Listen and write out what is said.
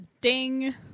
Ding